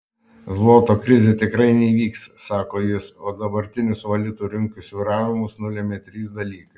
zloto krizė tikrai neįvyks sako jis o dabartinius valiutų rinkos svyravimus nulėmė trys dalykai